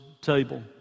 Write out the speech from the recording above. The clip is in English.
table